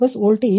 05 plus j0